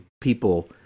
people